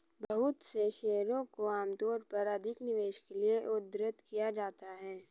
बहुत से शेयरों को आमतौर पर अधिक निवेश के लिये उद्धृत किया जाता है